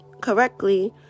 correctly